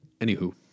Anywho